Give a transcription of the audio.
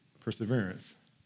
perseverance